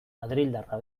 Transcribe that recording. madrildarra